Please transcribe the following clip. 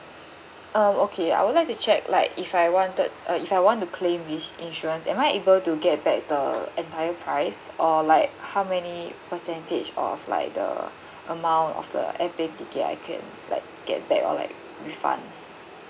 um okay I would like to check like if I wanted uh if I want to claim this insurance am I able to get back the entire price or like how many percentage of like the amount of the airplane ticket I can like get back or like refund